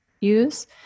use